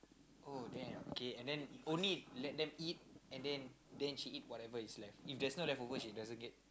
oh damn okay and then only let them eat and then then she eat whatever that is left if there's no leftover she doesn't get